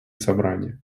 собрания